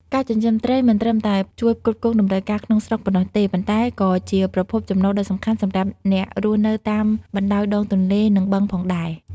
ការចិញ្ចឹមត្រីមិនត្រឹមតែជួយផ្គត់ផ្គង់តម្រូវការក្នុងស្រុកប៉ុណ្ណោះទេ ប៉ុន្តែក៏ជាប្រភពចំណូលដ៏សំខាន់សម្រាប់អ្នករស់នៅតាមបណ្ដោយដងទន្លេ និងបឹងផងដែរ។